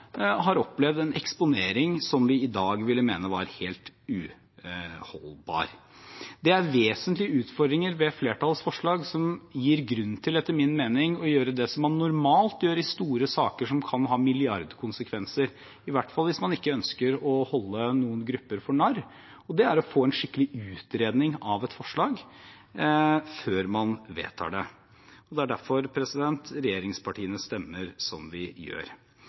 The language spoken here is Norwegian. har opplevd en eksponering som vi i dag ville mene var helt uholdbar. Det er vesentlige utfordringer ved flertallets forslag som etter min mening gir grunn til å gjøre det man normalt gjør i store saker som kan ha milliardkonsekvenser, i hvert fall hvis man ikke ønsker å holde noen grupper for narr, og det er å få en skikkelig utredning av forslaget før man vedtar det. Det er derfor regjeringspartiene stemmer som de gjør.